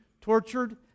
tortured